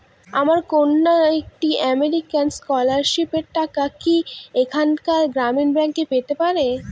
আমার কন্যা একটি আমেরিকান স্কলারশিপের টাকা কি এখানকার গ্রামীণ ব্যাংকে পেতে পারে?